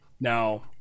Now